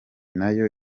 nayo